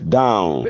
down